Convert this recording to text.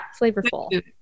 flavorful